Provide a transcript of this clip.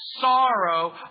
sorrow